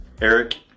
Eric